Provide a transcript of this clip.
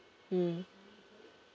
mm